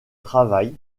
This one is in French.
travail